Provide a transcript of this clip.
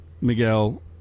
Miguel